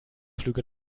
flüge